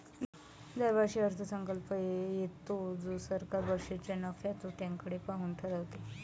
दरवर्षी अर्थसंकल्प येतो जो सरकार वर्षाच्या नफ्या तोट्याकडे पाहून ठरवते